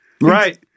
Right